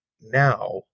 now